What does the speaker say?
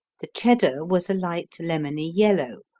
the cheddar was a light, lemony-yellow,